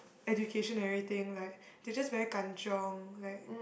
education everything like they just very kanchiong like